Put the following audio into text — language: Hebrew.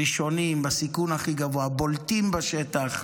ראשונים, בסיכון הכי גבוה, בולטים בשטח,